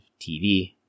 TV